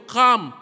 come